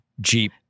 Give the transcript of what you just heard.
Jeep